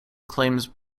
claims